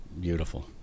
beautiful